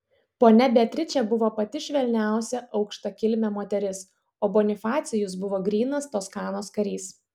ponia beatričė buvo pati švelniausia aukštakilmė moteris o bonifacijus buvo grynas toskanos karys